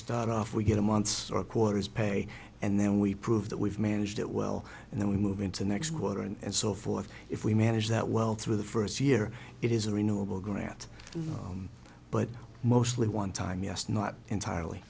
start off we get a months or quarters pay and then we prove that we've managed it well and then we move into next quarter and so forth if we manage that well through the first year it is a renewable grant but mostly onetime yes not entirely